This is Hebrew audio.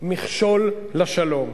מכשול לשלום.